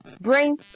bring